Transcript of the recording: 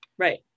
Right